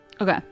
Okay